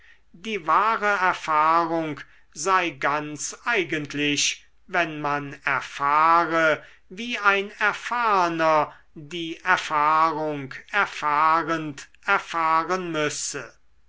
die wahre erfahrung sei ganz eigentlich wenn man erfahre wie ein erfahrner die erfahrung erfahrend erfahren müsse